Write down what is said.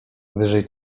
wyżej